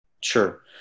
Sure